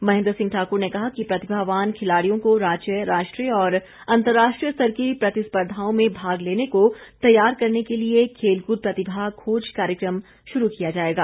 महेंद्र सिंह ठाक्र ने कहा कि प्रतिभावान खिलाड़ियों को राज्य राष्ट्रीय और अंतर्राष्ट्रीय स्तर की प्रतिस्पर्धाओं में भाग लेने को तैयार करने के लिए खेलकृद प्रतिभा खोज कार्यक्रम शुरू किया जाएगा